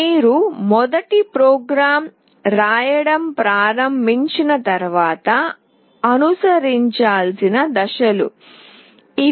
మీరు మొదటి ప్రోగ్రామ్ రాయడం ప్రారంభించిన తర్వాత అనుసరించాల్సిన దశలు ఇవి